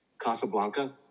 Casablanca